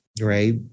right